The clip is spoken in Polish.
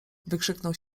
wykrzyknął